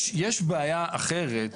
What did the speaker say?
יש בעיה אחרת